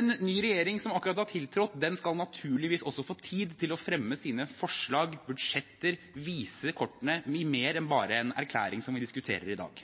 En ny regjering som akkurat har tiltrådt, skal naturligvis også få tid til å fremme sine forslag, budsjetter, vise kortene mye mer enn bare en erklæring som vi diskuterer i dag.